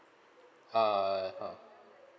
(uh huh)